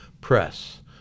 Press